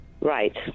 Right